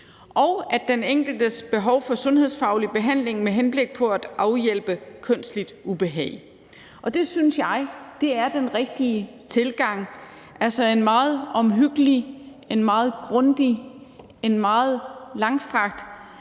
og den enkeltes behov for sundhedsfaglig behandling med henblik på at afhjælpe kønsligt ubehag. Og det synes jeg er den rigtige tilgang, altså en meget omhyggelig, en meget grundig, en meget langstrakt